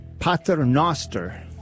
Paternoster